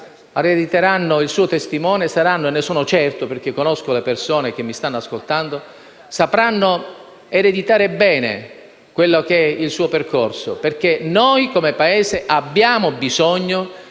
erediteranno il suo testimone - e ne sono certo, perché conosco le persone che mi stanno ascoltando - sapranno interpretare bene quello che è stato il suo percorso, perché noi, come Paese, abbiamo bisogno